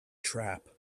trap